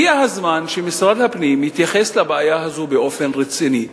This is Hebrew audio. הגיע הזמן שמשרד הפנים יתייחס לבעיה הזו באופן רציני.